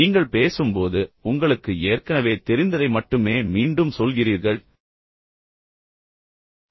நீங்கள் பேசும்போது உங்களுக்கு ஏற்கனவே தெரிந்ததை மட்டுமே மீண்டும் சொல்கிறீர்கள் நீங்கள் பேசும்போது உங்களுக்கு ஏற்கனவே தெரிந்ததை மட்டுமே மீண்டும் சொல்கிறீர்கள்